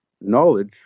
knowledge